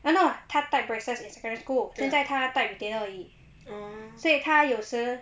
oh no 他带 braces in secondary school 现在他带 retainer 而已所以他有时